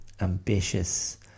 ambitious